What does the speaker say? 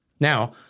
Now